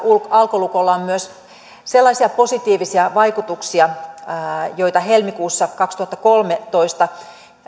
alkolukolla on myös sellaisia positiivisia vaikutuksia kuten helmikuussa kaksituhattakolmetoista